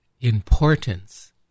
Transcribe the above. importance